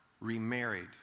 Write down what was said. remarried